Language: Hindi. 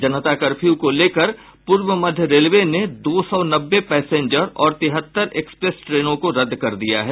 जनता कर्फ्यू को लेकर पूर्व मध्य रेलवे ने दो सौ नब्बे पैसेंजर और तिहत्तर एक्सप्रेस ट्रेनों को रद्द कर दिया है